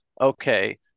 okay